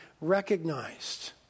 recognized